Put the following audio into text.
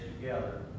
together